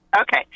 okay